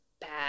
bad